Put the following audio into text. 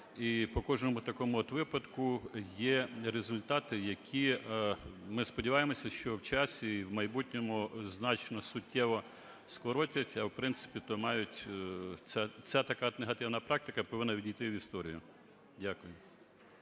І по кожному такому от випадку є результати, які, ми сподіваємося, що в часі в майбутньому значно суттєво скоротять, а, в принципі то мають, ця така от негативна практика повинна відійти в історію. Дякую.